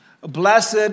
Blessed